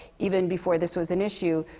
even before this was an issue,